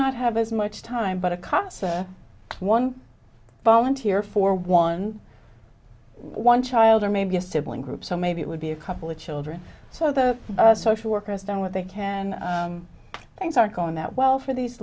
not have as much time but it costs one volunteer for one one child or maybe a sibling group so maybe it would be a couple of children so the social worker has done what they can things aren't going that well for these